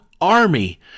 army